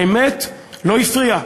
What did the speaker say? האמת לא הפריעה,